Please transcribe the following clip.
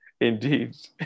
indeed